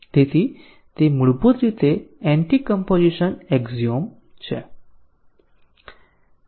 તે મૂળભૂત રીતે એન્ટી કમ્પોઝિશન એક્ઝીઓમ છે